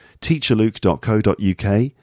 teacherluke.co.uk